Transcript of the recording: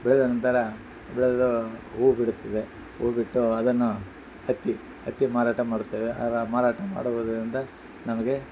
ಬೆಳೆದ ನಂತರ ಬೆಳೆದು ಹೂವು ಬಿಡುತ್ತದೆ ಹೂವು ಬಿಟ್ಟು ಅದನ್ನು ಹತ್ತಿ ಹತ್ತಿ ಮಾರಾಟ ಮಾಡುತ್ತೇವೆ ಆರಾ ಮಾರಾಟ ಮಾಡುವುದರಿಂದ ನಮಗೆ